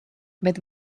bet